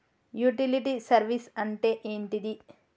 Utility service అంటే ఏంటిది?